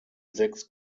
sechs